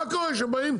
מה קורה שבאים,